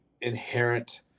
inherent